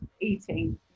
eating